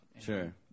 sure